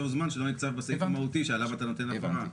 בהתאם לחוות דעת שנותן הממונה על הכשרות ברבנות